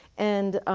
and